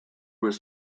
was